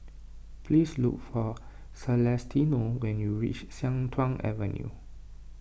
please look for Celestino when you reach Sian Tuan Avenue